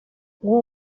uwo